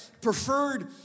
preferred